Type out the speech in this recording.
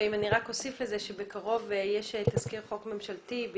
אני רק אוסיף לכך שבקרוב יש תזכיר חוק ממשלתי,